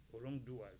wrongdoers